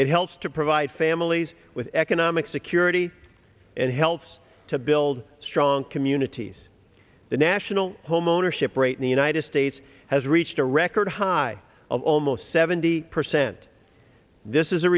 it helps to provide families with economic security and helps to build strong communities the national homeownership rate in the united states has reached a record high of almost seventy percent this is a